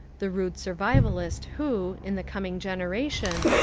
the rude survivaust who, in the coming generation,